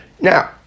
Now